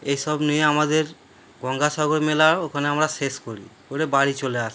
এসব নিয়ে আমাদের গঙ্গাসাগর মেলা ওখানে আমরা শেষ করি করে বাড়ি চলে আসি